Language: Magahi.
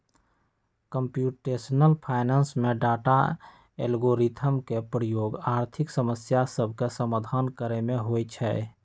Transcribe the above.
कंप्यूटेशनल फाइनेंस में डाटा, एल्गोरिथ्म के प्रयोग आर्थिक समस्या सभके समाधान करे में होइ छै